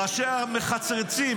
ראשי המחצרצים,